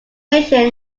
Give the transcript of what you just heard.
mission